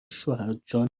شوهرجان